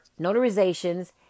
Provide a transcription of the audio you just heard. notarizations